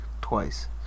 twice